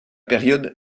période